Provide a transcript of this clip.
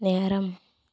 நேரம்